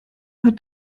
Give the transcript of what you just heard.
hat